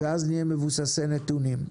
ואז נהיה מבוססי נתונים.